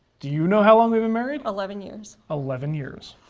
do you know how long we've been married? eleven years. eleven years,